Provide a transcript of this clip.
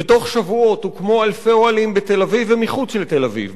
ותוך שבועות הוקמו אלפי אוהלים בתל-אביב ומחוץ לתל-אביב,